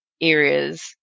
areas